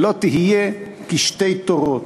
שלא תהיה כשתי תורות.